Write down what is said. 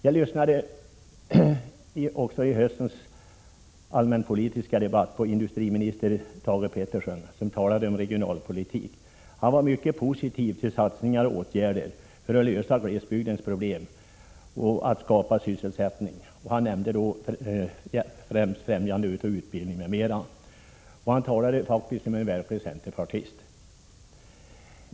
Jag lyssnade vid höstens allmänpolitiska debatt på industriminister Thage Peterson, som talade mycket om regionalpolitiken. Han var positiv till satsningar och åtgärder för att lösa glesbygdens problem och för att skapa sysselsättning där. Han nämnde främst främjandet av utbildningen. Han talade faktiskt som en verklig centerpartist.